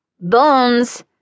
Bones